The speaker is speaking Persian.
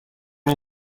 این